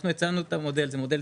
אנחנו הצענו את המודל, זה מודל